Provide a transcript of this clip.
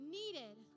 needed